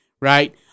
Right